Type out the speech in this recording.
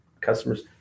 customers